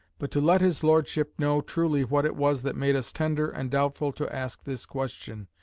but to let his lordship know truly what it was that made us tender and doubtful to ask this question,